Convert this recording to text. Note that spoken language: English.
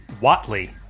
Watley